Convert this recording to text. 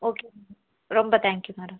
okay ரொம்ப thank you madam